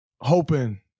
hoping